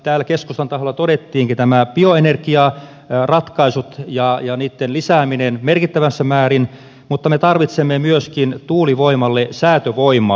täällä keskustan taholla todettiinkin nämä bioenergiaratkaisut ja niitten lisääminen merkittävässä määrin mutta me tarvitsemme myöskin tuulivoimalle säätövoimaa